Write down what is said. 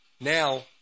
Now